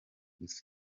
gusa